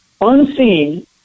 unseen